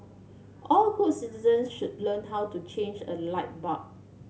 all good citizens should learn how to change a light bulb